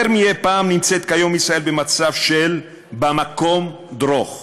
יותר מאי-פעם נמצאת כיום ישראל במצב של "במקום דרוך".